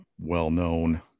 well-known